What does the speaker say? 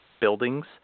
buildings